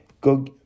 go